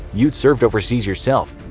you'd served overseas yourself.